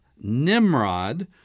Nimrod